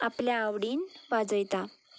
आपल्या आवडीन वाजयता